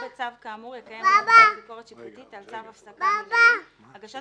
בצו כאמור יקיים בית המשפט ביקורת שיפוטית על צו ההפסקה המינהלי; הגשת